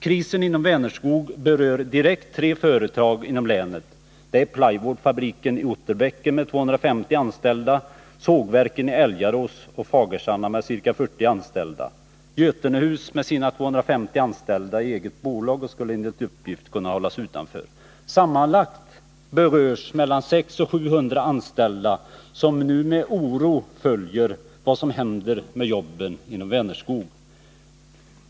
Krisen inom Vänerskog berör direkt tre företag inom länet. Det är plywoodfabriken i Otterbäcken med 250 anställda, sågverken i Älgarås och Fagerhamra med ca 70 anställda. Götenehus med sina 250 anställda är eget bolag och skulle enligt uppgift kunna hållas utanför. Sammanlagt berörs alltså mellan 600 och 700 anställda, vilka nu med oro följer vad som händer med jobben inom Vänerskog.